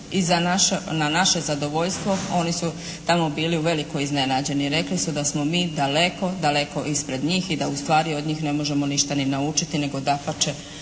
I na naše zadovoljstvo oni su tamo bili uveliko iznenađeni. Rekli su da smo mi daleko, daleko ispred njih i da ustvari od njih ne možemo ništa ni naučiti, nego dapače